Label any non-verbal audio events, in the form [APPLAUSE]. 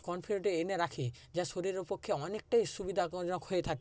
কনফিডেন্সটা এনে রাখে যা শরীরের পক্ষে অনেকটাই সুবিধা [UNINTELLIGIBLE] হয়ে থাকে